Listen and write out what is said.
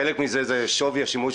חלק מזה הוא שווי השימוש,